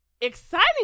exciting